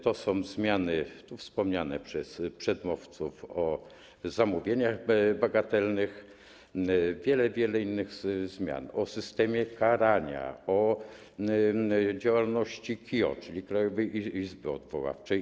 To są zmiany wspomniane przez przedmówców o zamówieniach bagatelnych i wiele innych zmian, w tym o systemie karania, o działalności KIO, czyli Krajowej Izby Odwoławczej.